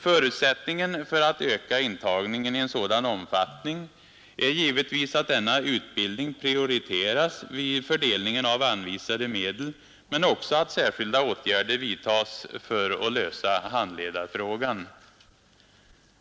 Förutsättningen för att öka intagningen i sådan omfattning är givetvis att denna utbildning prioriteras vid fördelningen av anvisade medel men också att särskilda åtgärder vidtages för att lösa handledarfrågan.